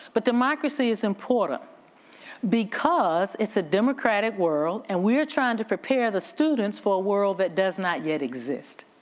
but democracy is important because it's a democratic world and we're trying to prepare the students for a world that does not yet exist.